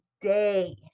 day